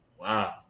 Wow